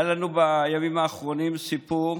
היה לנו בימים האחרונים סיפור,